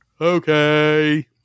Okay